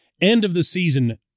end-of-the-season